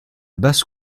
basse